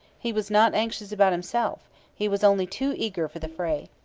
he was not anxious about himself he was only too eager for the fray.